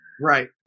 Right